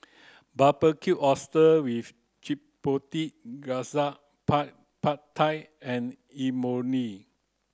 Barbecued Oysters with Chipotle Glaze Pad Pad Thai and Imoni